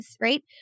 right